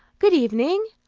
good evening.